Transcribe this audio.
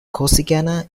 corsicana